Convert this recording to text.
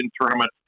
Tournament